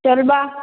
ଚଲବା